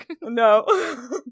no